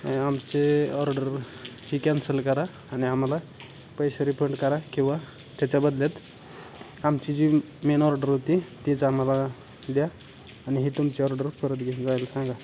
आणि आमचे ऑर्डर ही कॅन्सल करा आणि आम्हाला पैसे रिफंड करा किंवा त्याच्याबद्दल आमची जी मेन ऑर्डर होती तीच आम्हाला द्या आणि हे तुमची ऑर्डर परत घेऊन जायला सांगा